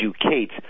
educate